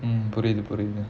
mm புரிது புரிது:purithu purithu